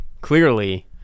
clearly